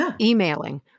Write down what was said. emailing